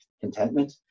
contentment